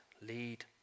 lead